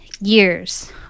years